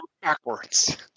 backwards